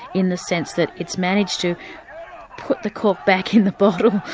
in the sense that it's managed to put the cork back in the bottle,